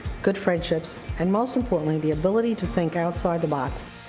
good friendships, and most importantly, the ability to think outside the box.